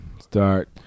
start